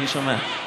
אני שומע.